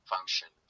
Function